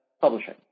Publishing